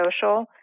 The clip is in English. social